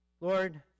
Lord